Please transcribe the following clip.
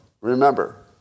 Remember